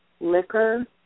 liquor